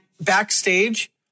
backstage